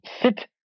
sit